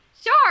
Sure